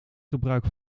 gebruik